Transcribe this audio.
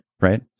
Right